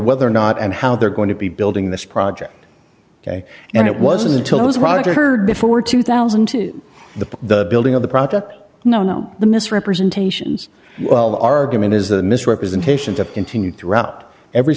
whether or not and how they're going to be building this project ok and it wasn't until it was roger heard before two thousand to the building of the product no no the misrepresentations of the argument is a misrepresentation to continue throughout every